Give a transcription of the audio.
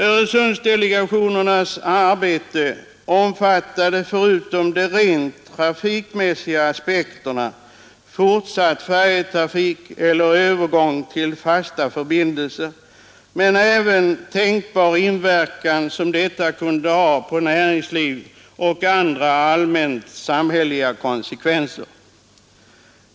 Öresundsdelegationens arbete omfattade, förutom de rent trafikmässi ga aspekterna, fortsatt färjetrafik eller övergång till fasta förbindelser, men även tänkbar inverkan på näringsliv och andra allmänt samhälleliga konsekvenser.